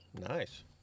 nice